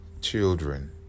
children